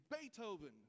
Beethoven